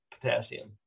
potassium